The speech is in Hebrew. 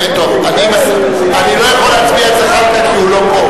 טוב, אני לא יכול להצביע על זחאלקה, כי הוא לא פה.